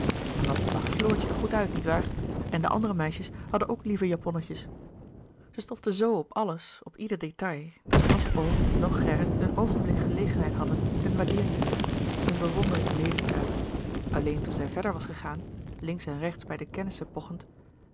en wat zag floortje er goed uit niet waar en de andere meisjes hadden ook lieve japonnetjes zij stofte zoo op alles op ieder détail dat noch oom noch gerrit een oogenblik gelegenheid hadden hunne waardeering te zeggen hunne bewondering mede te uiten alleen toen zij verder was gegaan links en rechts bij de kennissen pochend